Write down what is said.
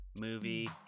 movie